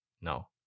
no